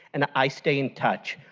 and i stay in touch.